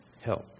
help